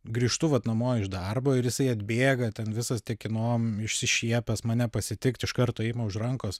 grįžtu vat namo iš darbo ir jisai atbėga ten visas tekinom išsišiepęs mane pasitikt iš karto ima už rankos